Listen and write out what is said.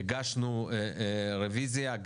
הגשנו רביזיה,